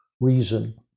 reason